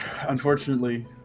Unfortunately